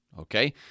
Okay